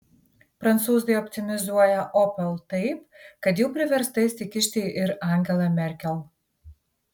prancūzai optimizuoja opel taip kad jau priversta įsikišti ir angela merkel